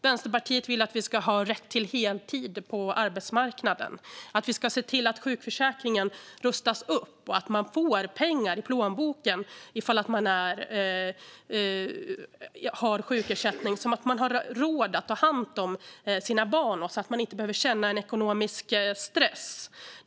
Vänsterpartiet vill att det ska finnas rätt till heltid på arbetsmarknaden, att sjukförsäkringen ska rustas upp och att man ska få pengar i plånboken ifall man har sjukersättning, så att man har råd att ta hand om sina barn och inte behöver känna ekonomisk stress.